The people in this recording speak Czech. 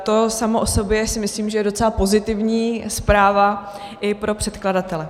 To samo o sobě je, myslím, docela pozitivní zpráva i pro předkladatele.